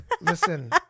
listen